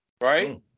right